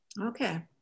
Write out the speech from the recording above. Okay